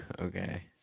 okay